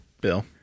Bill